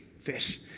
fish